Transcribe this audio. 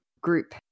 group